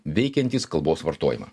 veikiantys kalbos vartojimą